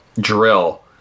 drill